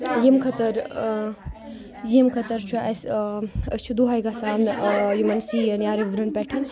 ییٚمہِ خٲطرٕ ٲں ییٚمہِ خٲطرٕ چھُ اسہِ ٲں أسۍ چھِ دۄہَے گَژھان یِمَن ٲں سِیَن یا رِورَن پٮ۪ٹھ